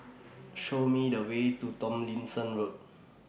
Show Me The Way to Tomlinson Road